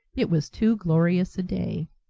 it was too glorious a day.